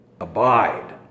abide